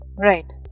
Right